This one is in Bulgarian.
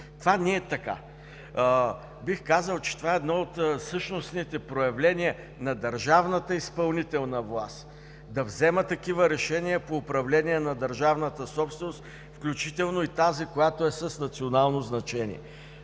Това не е така. Бих казал, че това е едно от същностните проявления на държавната и изпълнителна власт – да взема такива решения по управление на държавната собственост, включително и тази, която е с национално значение.